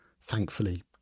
thankfully